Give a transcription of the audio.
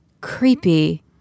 creepy